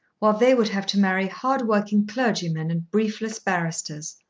while they would have to marry hard-working clergymen and briefless barristers.